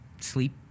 sleep